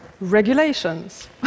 regulations